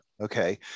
Okay